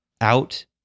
out